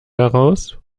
daraus